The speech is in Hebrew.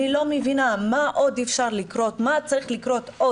אני לא מבינה מה עוד צריך לקרות,